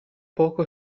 poco